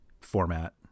format